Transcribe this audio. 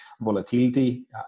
volatility